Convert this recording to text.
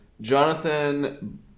Jonathan